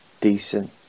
decent